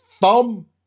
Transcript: thumb